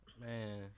Man